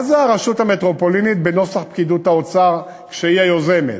מה זה הרשות המטרופולינית בנוסח פקידות האוצר כשהיא היוזמת?